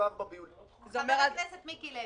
חבר הכנסת מיקי לוי,